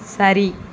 சரி